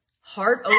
heart